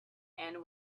end